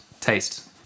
taste